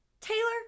Taylor